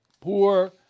poor